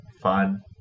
fun